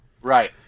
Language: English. Right